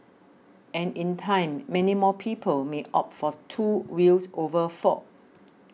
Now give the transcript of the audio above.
and in time many more people may opt for two wheels over four